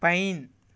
pine